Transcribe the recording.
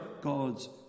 God's